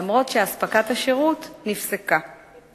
למרות שאספקת השירות נפסקה.